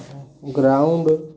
ground